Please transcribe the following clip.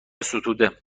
ستوده